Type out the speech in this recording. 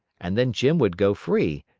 and then jim would go free,